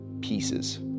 pieces